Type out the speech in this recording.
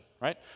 right